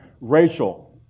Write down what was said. Rachel